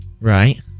Right